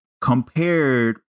compared